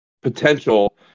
potential